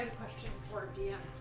for a da